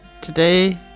today